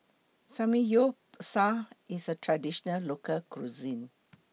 Samgyeopsal IS A Traditional Local Cuisine